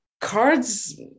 cards